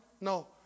No